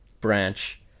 branch